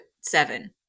seven